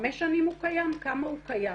חמש שנים הוא קיים, כמה הוא קיים?